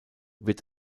wird